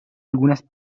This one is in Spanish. algunas